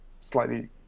slightly